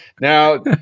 Now